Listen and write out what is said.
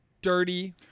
Dirty